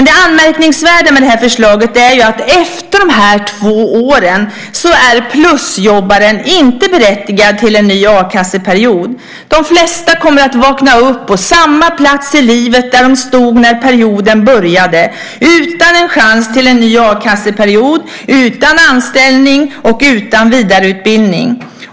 Det anmärkningsvärda med förslaget är att efter de två åren är plusjobbaren inte berättigad till en ny a-kasseperiod. De flesta kommer att vakna upp på samma plats i livet där de stod när perioden började, utan en chans till en ny a-kasseperiod, utan anställning och utan vidareutbildning.